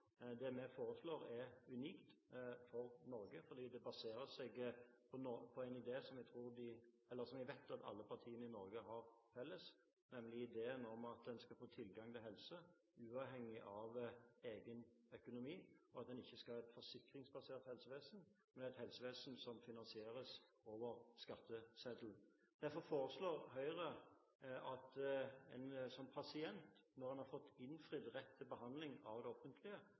Det vi foreslår, er unikt for Norge. Det baserer seg på en idé som jeg vet alle partiene i Norge har felles, nemlig ideen om at en skal få tilgang på helsehjelp uavhengig av egen økonomi, og en skal ikke ha et forsikringsbasert helsevesen, men et helsevesen som finansieres over skatteseddelen. Derfor foreslår Høyre at en som pasient, når en har fått innfridd rett til behandling av det offentlige,